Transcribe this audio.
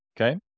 Okay